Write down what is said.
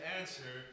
answer